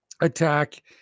attack